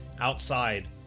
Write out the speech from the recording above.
Outside